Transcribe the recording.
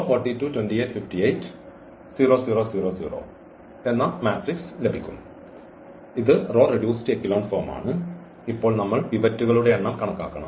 ഇത് row reduced echelon ഫോമാണ് ഇപ്പോൾ നമ്മൾ പിവറ്റുകളുടെ എണ്ണം കണക്കാക്കണം